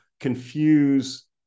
confuse